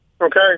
okay